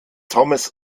thomas